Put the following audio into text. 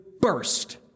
burst